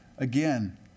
Again